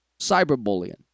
cyberbullying